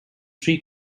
three